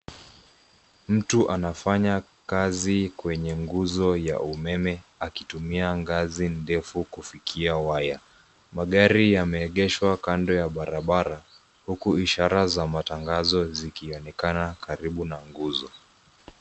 Mtu anafanya kazi kwenye nguzo ya umeme akitumia ngazi ndefu kufikia waya. Magari yameegeshwa kando ya barabara huku ishara za matangazo zikionekana karibu na nguzo.